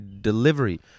delivery